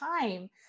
time